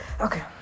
Okay